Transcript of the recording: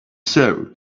sow